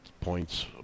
points